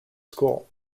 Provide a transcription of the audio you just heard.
school